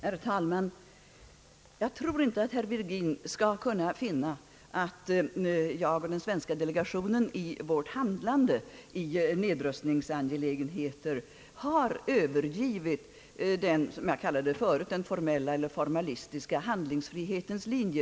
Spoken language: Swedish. Herr talman! Jag tror inte att herr Virgin skall kunna finna att jag och den svenska delegationen i vårt handlande i nedrustningsangelägenheter har övergivit den, som jag förut kallade det, formalistiska handlingsfrihetens linje.